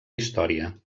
història